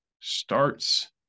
starts